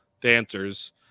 dancers